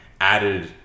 Added